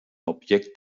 objekt